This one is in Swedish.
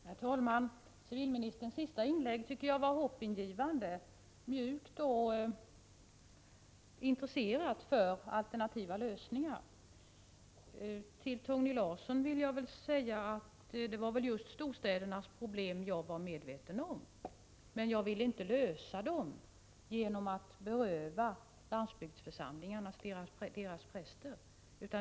Herr talman! Civilministerns senaste inlägg tycker jag var hoppingivande. Det var mjukt och visade intresse för alternativa lösningar. Till Torgny Larsson vill jag säga att det var just storstädernas problem jag var medveten om. Men jag vill inte lösa dem genom att beröva landsbygdsförsamlingarna deras präster.